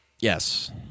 Yes